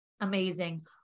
Amazing